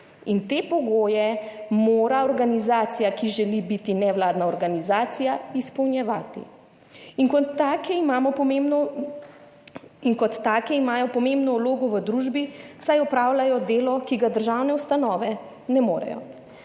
in te pogoje mora organizacija, ki želi biti nevladna organizacija, izpolnjevati. In kot take imajo pomembno in kot take imajo pomembno vlogo v družbi, saj opravljajo delo, ki ga državne ustanove ne morejo.